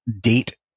date